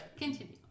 continue